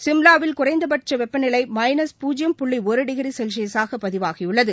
ஷிம்லாவில் குறைந்தபட்ச வெப்பநிலை மைனஸ் பூஜ்யம் புள்ளி ஒரு டிகிரி செல்சியஸாக பதிவாகியுள்ளது